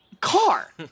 car